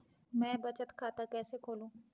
मैं बचत खाता कैसे खोलूँ?